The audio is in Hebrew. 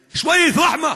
אנושיות, קצת חמלה.)